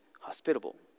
hospitable